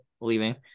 leaving